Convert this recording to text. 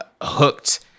hooked